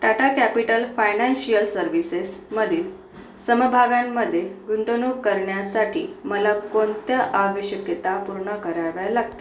Tata capital financial सर्विसेसमधील समभागांमध्ये गुंतवणूक करण्यासाठी मला कोणत्या आवश्यकता पूर्ण कराव्या लागतील